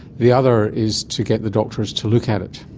the other is to get the doctors to look at it.